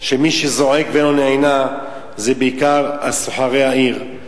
שמי שזועק ולא נענה זה בעיקר סוחרי העיר,